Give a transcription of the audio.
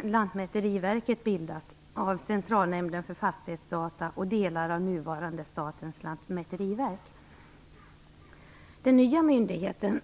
Lantmäteriverket - bildas av Centralnämnden för fastighetsdata och delar av nuvarande Statens lantmäteriverk. Den nya myndigheten